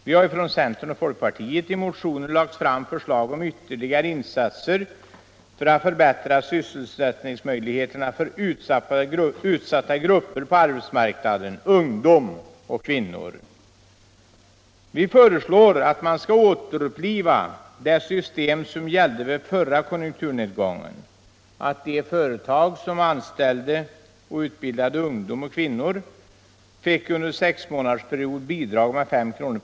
Vi har från centern och folkpartiet i motioner lagt fram förslag om ytterligare insatser för att förbättra sysselsättningsmöjligheterna för utsatta grupper på arbetsmarknaden —- ungdom och kvinnor. Vi föreslår att man skall återuppliva det system som gällde vid den förra konjunkturnedgången, då de företag som anställde och utbildade ungdom och kvinnor under en sexmånadersperiod fick bidrag med 5 kr.